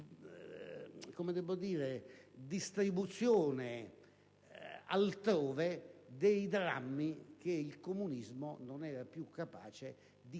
successiva distribuzione altrove di quei drammi che il comunismo non era più capace di